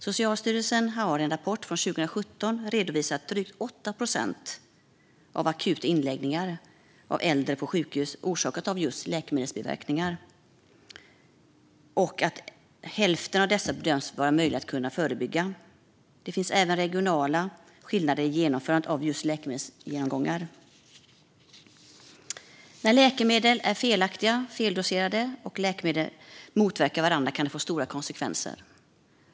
Socialstyrelsen har dock i en rapport från 2017 redovisat att drygt 8 procent av akuta inläggningar av äldre på sjukhus orsakas av just läkemedelsbiverkningar. Hälften av dessa bedöms vara möjliga att förebygga. Det finns även regionala skillnader i genomförandet av just läkemedelsgenomgångar. När läkemedel ges felaktigt, är feldoserade eller motverkar varandra kan det få stora konsekvenser.